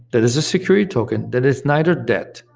that is a security token, that is neither debt,